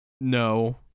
No